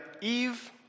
Eve